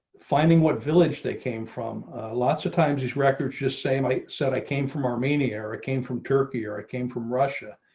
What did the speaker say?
finding what village. they came from lots of times these records. just say my said, i came from armenia, or it came from turkey or it came from russia.